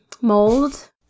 mold